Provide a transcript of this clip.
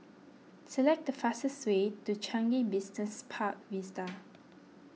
select the fastest way to Changi Business Park Vista